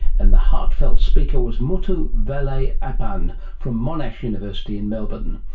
and the heartfelt speaker was muthu vellayappan from monash university in melbourne.